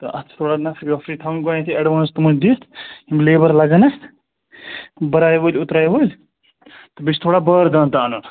تہٕ اَتھ چھِ تھوڑا نفری وفری تھاوٕنۍ گۄڈنٮ۪تھٕے اٮ۪ڈوانٕس تِمَن دِتھ یِم لیبَر لَگَن اَتھ بَرایہِ وٲلۍ اُترایہِ وٲلۍ تہٕ بیٚیہِ چھِ تھوڑا باردان تہٕ اَنُن